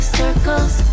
circles